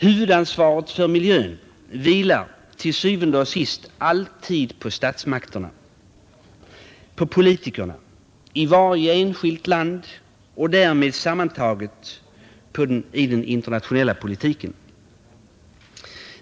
Huvudansvaret för miljön vilar til syvende og sidst alltid på statsmakterna, på politikerna i varje enskilt land och därmed sammantaget på den internationella politiken.